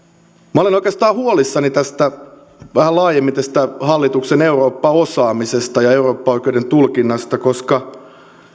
minä olen oikeastaan huolissani vähän laajemmin tästä hallituksen eurooppa osaamisesta ja eurooppaoikeuden tulkinnasta